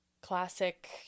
classic